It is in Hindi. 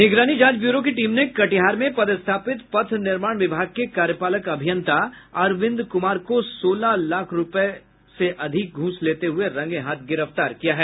निगरानी जांच ब्यूरो की टीम ने कटिहार में पदस्थापित पथ निर्माण विभाग के कार्यपालक अभियंता अरविंद कुमार को सोलह लाख रुपये घूस लेते हुए रंगे हाथ गिरफ्तार किया है